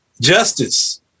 justice